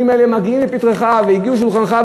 האלה מגיעים לפתחך והגיעו לשולחנך,